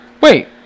Wait